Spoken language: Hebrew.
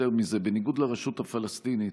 יותר מזה: בניגוד לרשות הפלסטינית,